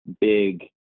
big